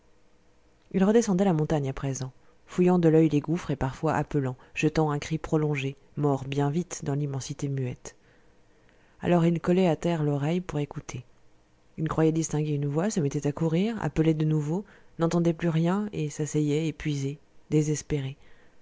il redescendait la montagne à présent fouillant de l'oeil les gouffres et parfois appelant jetant un cri prolongé mort bien vite dans l'immensité muette alors il collait à terre l'oreille pour écouter il croyait distinguer une voix se mettait à courir appelait de nouveau n'entendait plus rien et s'asseyait épuisé désespéré